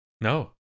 No